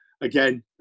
again